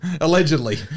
Allegedly